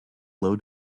low